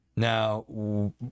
Now